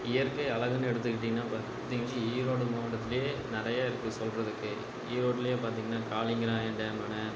இயற்கை அழகுன்னு எடுத்துக்கிட்டிங்கனால் இப்போ இன்றைக்கி வந்து ஈரோடு மாவட்டத்துலேயே நிறையா இருக்குது சொல்கிறதுக்கு ஈரோட்டிலயே பார்த்திங்கனா காலிங்கராயன் டேம் அணை